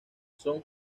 son